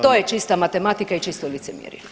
To je čista matematika [[Upadica: Hvala vam.]] i čisto licemjerje.